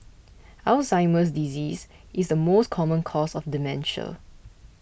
Alzheimer's disease is the most common cause of dementia